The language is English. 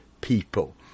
people